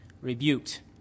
rebuked